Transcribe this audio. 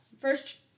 First